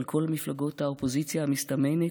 וכל מפלגות האופוזיציה המסתמנת,